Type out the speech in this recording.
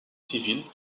civils